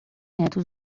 neto